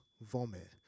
vomit